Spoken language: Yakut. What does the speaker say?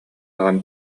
даҕаны